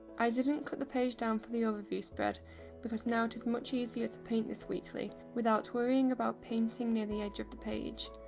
i didn't cut the page down for the overview spread because now it is much easier to paint this weekly without worrying about painting near the edge of the page.